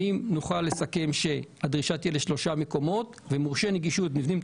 האם נוכל לסכם שהדרישה תהיה לשלושה מקומות ומורשה נגישות במבנים,